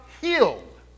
healed